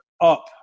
up